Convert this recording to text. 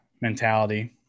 mentality